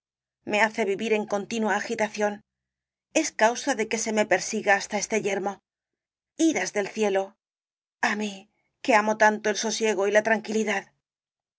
me hace vivir en continua agitación es causa de que se me persiga hasta este yermo iras del cielo á mí que amo tanto el sosiego y la tranquilidad